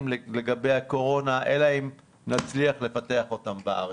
של הקורונה אלא אם נצליח לפתח אותם בארץ.